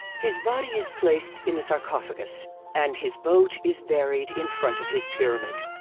his body is placed in the sarcophagus and his boat is buried in front of his pyramid.